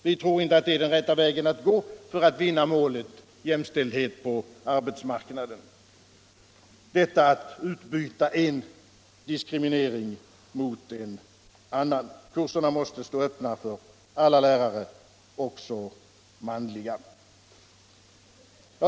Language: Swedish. Vi tror inte att det är rätta vägen at — Lo gå för att vinna målet — jämställdhet på arbetsmarknaden — att utbyta — Skolans inre arbete en diskriminering mot en annan. Kurserna måste stå öppna för alla lärare, — Mm.m. också manliga.